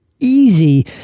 easy